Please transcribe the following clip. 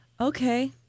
Okay